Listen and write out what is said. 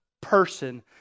person